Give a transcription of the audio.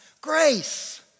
grace